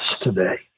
today